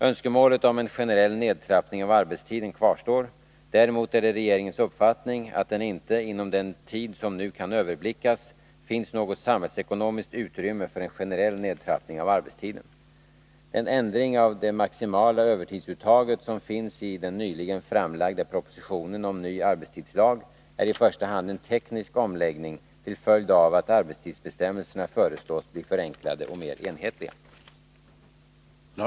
Önskemålet om en generell nedtrappning av arbetstiden kvarstår. Däremot är det regeringens uppfattning att det inte inom den tid som nu kan överblickas finns något samhällsekonomiskt utrymme för en generell nedtrappning av arbetstiden. Den ändring av det maximala övertidsuttaget som finns i den nyligen framlagda propositionen om ny arbetstidslag är i första hand en teknisk omläggning till följd av att arbetstidsbestämmelserna föreslås bli förenklade och mer enhetliga.